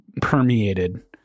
permeated